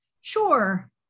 sure